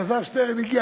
אלעזר שטרן הגיע.